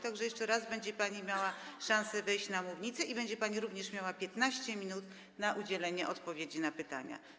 Tak że jeszcze raz będzie pani miała szansę wejść na mównicę i będzie pani również miała 15 minut na udzielenie odpowiedzi na pytania.